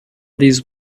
these